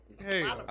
Hey